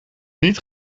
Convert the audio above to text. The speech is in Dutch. niet